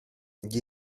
gli